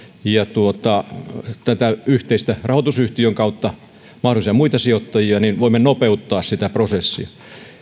ja rahoitusyhtiön kautta mahdollisia muita sijoittajia niin voimme nopeuttaa sitä prosessia